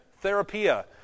Therapia